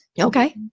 Okay